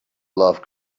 love